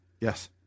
Yes